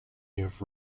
have